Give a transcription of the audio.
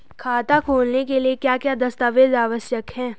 खाता खोलने के लिए क्या क्या दस्तावेज़ आवश्यक हैं?